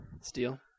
Steal